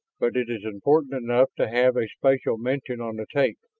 but it is important enough to have a special mention on the tape.